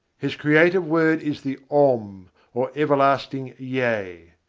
his creative word is the om or everlasting yea.